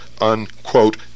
unquote